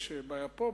יש בעיה פה,